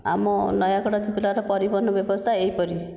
ଆମ ନୟାଗଡ଼ ଜିଲ୍ଲାର ପରିବହନ ବ୍ୟବସ୍ଥା ଏହିପରି